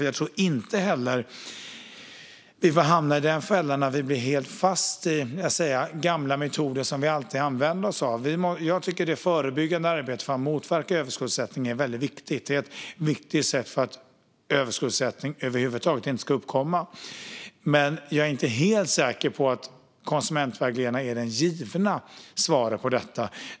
Jag tror inte heller att vi får hamna i den fällan att vi blir helt fast i gamla metoder som vi alltid använt oss av. Det förebyggande arbetet för att motverka överskuldsättning är väldigt viktigt för att överskuldsättning över huvud taget inte ska uppkomma. Jag är dock inte helt säker på att konsumentvägledarna är det givna svaret på detta.